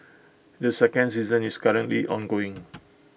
the second season is currently ongoing